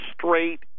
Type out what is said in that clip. straight